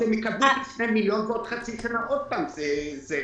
הם יקבלו שני מיליון אבל בעוד חצי שנה עוד פעם זה יקרה.